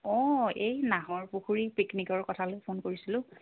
অঁ এই নাহৰ পুখুৰী পিকনিকৰ কথা লৈ ফোন কৰিছিলোঁ